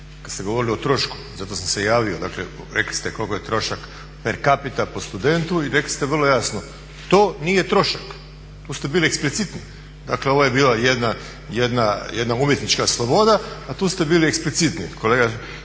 kad ste govorili o trošku, zato sam se i javio. Dakle rekli ste koliko je trošak per capita po studentu i rekli ste vrlo jasno to nije trošak. Tu ste bili eksplicitni. Dakle ovo je bila jedna umjetnička sloboda, a tu ste bili eksplicitni kolega.